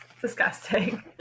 Disgusting